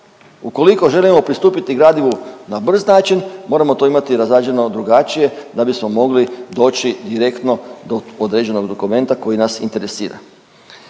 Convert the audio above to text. Ukoliko želimo pristupiti gradivu na brz način, moramo to imati razrađeno drugačije da bismo mogli doći direktno do određenog dokumenta koji nas interesira.